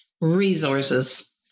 Resources